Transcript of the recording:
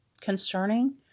concerning